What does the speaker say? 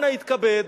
אנא התכבד,